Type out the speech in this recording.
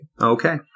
Okay